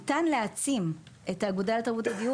ניתן להעצים את האגודה לתרבות הדיור